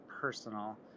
personal